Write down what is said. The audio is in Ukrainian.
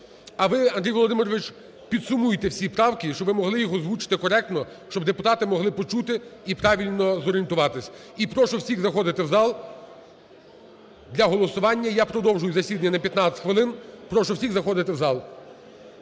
А ви, Андрій Володимирович, підсумуйте всі правки, щоб ви могли їх озвучити коректно, щоб депутати могли почути і правильно зорієнтуватись. І прошу всіх заходити в зал для голосування. Я продовжую засідання на 15 хвилин. Прошу всіх заходити в зал.